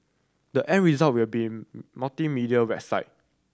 the end result will be multimedia website